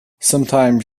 sometimes